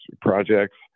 projects